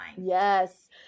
Yes